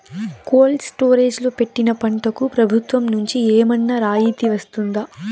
Cold storage లో పెట్టిన పంటకు ప్రభుత్వం నుంచి ఏమన్నా రాయితీ వస్తుందా?